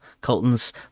Colton's